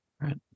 Right